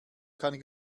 kann